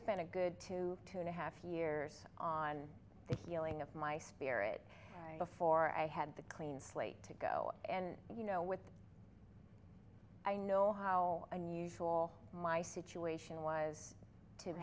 spent a good two two and a half years on the healing of my spirit before i had the clean slate to go and you know with i know how unusual my situation was to